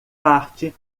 parte